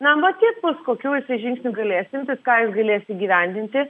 na matyt bus kokių žingsnių galėsiantis ką jis galės įgyvendinti